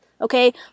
okay